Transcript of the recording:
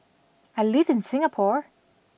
I live in Singapore